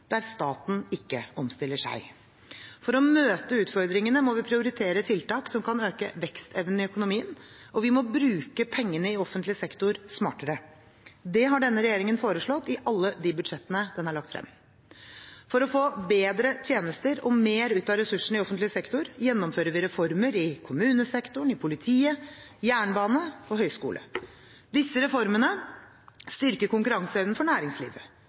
der staten ikke omstiller seg. For å møte utfordringene må vi prioritere tiltak som kan øke vekstevnen i økonomien, og vi må bruke pengene i offentlig sektor smartere. Det har denne regjeringen foreslått i alle de budsjettene den har lagt frem. For å få bedre tjenester og mer ut av ressursene i offentlig sektor gjennomfører vi reformer i kommunesektoren, i politiet, av jernbanen og av høyskolene. Disse reformene styrker konkurranseevnen for næringslivet,